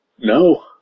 No